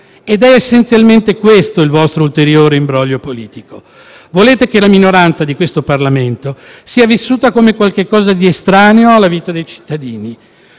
È essenzialmente questo il vostro ulteriore imbroglio politico: volete che la minoranza di questo Parlamento sia vissuta come qualche cosa di estraneo alla vita dei cittadini: